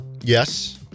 Yes